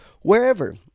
Wherever